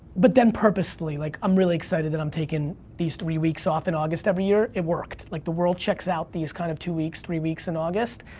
but then, purposefully, like i'm really excited that i'm taking these three weeks off in august every year. it worked, like the world checks out these kind of two weeks, three weeks in august,